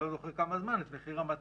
לא זוכר פעם בכמה זמן את מחיר המטרה.